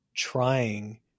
Trying